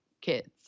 kids